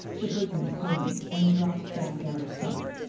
the brigand screamed, and dropped back out of sight.